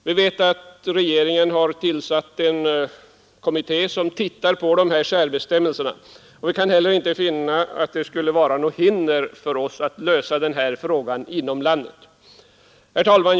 Vi vet att regeringen tillsatt en kommitté som ser över 12 december 1972 bestämmelserna. Vi kunde heller inte finna att det skulle föreligga något hinder att lösa den här frågan inom landet. Herr talman!